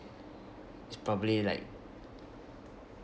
is probably like